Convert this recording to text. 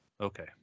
okay